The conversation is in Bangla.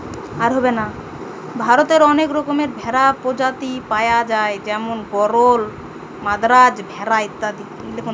ভারতে অনেক রকমের ভেড়ার প্রজাতি পায়া যায় যেমন গরল, মাদ্রাজ ভেড়া ইত্যাদি